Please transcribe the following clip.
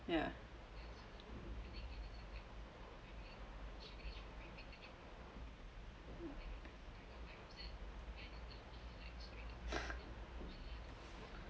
ya